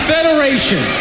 Federation